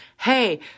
Hey